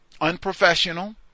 unprofessional